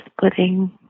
putting